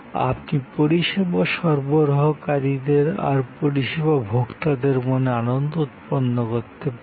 আপনি পরিষেবা সরবরাহকারীদের আর পরিষেবা ভোক্তাদের মনে আনন্দ উৎপন্ন করতে পারেন